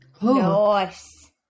Nice